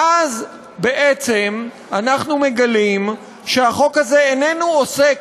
ואז בעצם אנחנו מגלים שהחוק הזה איננו עוסק